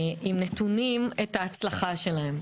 ונתונית את הצלחתם.